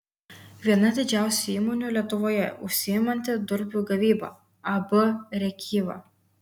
viena didžiausių įmonių lietuvoje užsiimanti durpių gavyba ab rėkyva